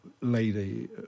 lady